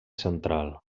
central